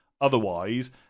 otherwise